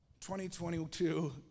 2022